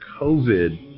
COVID